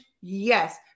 Yes